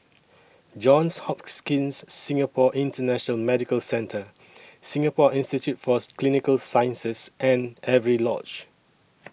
Johns Hopkins Singapore International Medical Centre Singapore Institute For Clinical Sciences and Avery Lodge